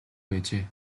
байжээ